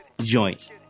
joint